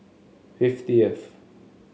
Fiftieth